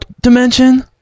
dimension